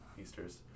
Easter's